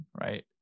right